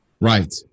Right